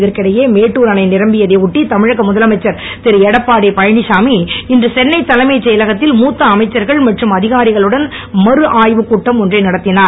இதற்கிடையே மேட்டுர் அணை நிரம்பியதை ஒட்டி தமிழக முதலமைச்சர் திருஎடப்பாடிபழனிச்சாமி இன்று சென்னை தலைமை செயலகத்தில் மூத்த அமைச்சர்கள் மற்றும் அதிகாரிகளுடன் மறுஆய்வுக் கூட்டம் ஒன்றை நடத்தினர்